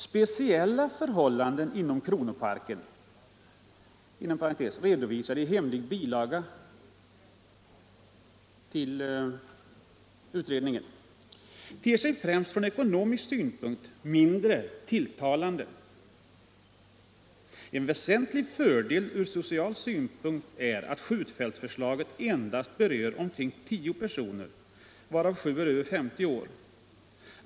Speciella förhållanden inom Kronoparken ter sig främst från ekonomisk synpunkt mindre tilltalande. En väsentlig fördel ur social synpunkt är att skjutfältsförslaget endast berör omkring 10 personer varav 7 är över 50 år.